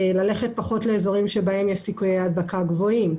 ללכת פחות לאזורים שבהם יש סיכויי הדבקה גבוהים,